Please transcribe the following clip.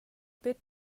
bit